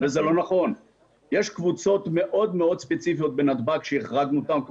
יש קבוצות מאוד ספציפיות בנתב"ג שהחרגנו אותם,